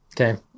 Okay